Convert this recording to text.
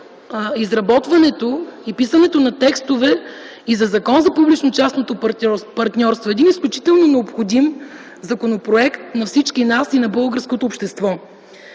изработването и писането на текстовете и за Закон за публично частното партньорство – един изключително необходим законопроект на всички нас и на българското общество?